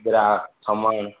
ॿिया खमण